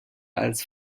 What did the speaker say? als